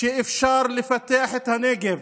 שאפשר לפתח את הנגב